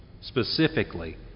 Specifically